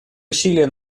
усилия